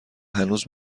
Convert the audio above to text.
هنوز